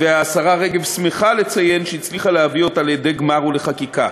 והשרה רגב שמחה לציין שהצליחה להביא אותה לידי גמר ולחקיקה.